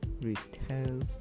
retail